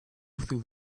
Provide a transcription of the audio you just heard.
through